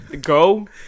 go